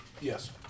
Yes